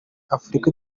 afurika